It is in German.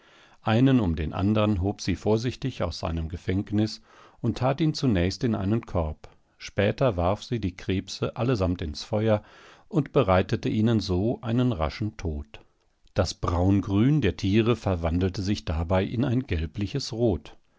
einen um den anderen hob sie vorsichtig aus seinem gefängnis und tat ihn zunächst in einen korb später warf sie die krebse allesamt ins feuer und bereitete ihnen so einen raschen tod das braungrün der tiere verwandelte sich dabei in ein gelbliches rot